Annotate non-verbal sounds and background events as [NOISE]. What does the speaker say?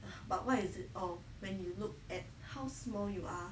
[BREATH] but what is it all when you look at how small you are